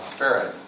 Spirit